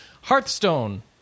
Hearthstone